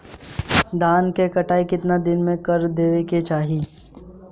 धान क कटाई केतना दिन में कर देवें कि चाही?